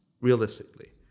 realistically